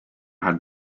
had